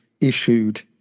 issued